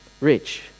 Rich